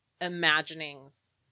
imaginings